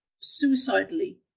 suicidally